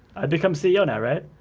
become ceo now, right?